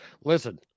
listen